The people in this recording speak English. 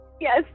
Yes